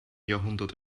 jahrhundert